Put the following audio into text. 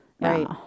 right